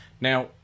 Now